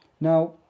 Now